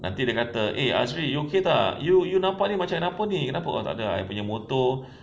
nanti dia kata eh azri you okay tak you you nampak macam apa ni takda ah I punya motor